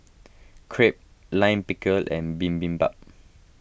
Crepe Lime Pickle and Bibimbap